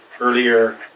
Earlier